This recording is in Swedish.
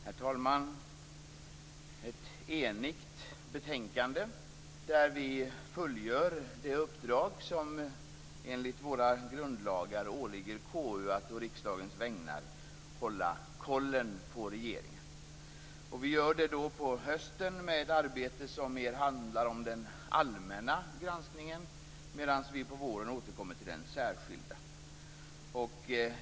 Herr talman! Detta är ett enigt betänkande där vi fullgör det uppdrag som enligt våra grundlagar åligger KU, nämligen att å riksdagens vägnar hålla koll på regeringen. Vi gör det på hösten med ett arbete som mer handlar om den allmänna granskningen, medan vi på våren återkommer till den särskilda.